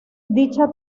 dicha